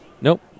nope